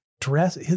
dress